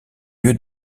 lieu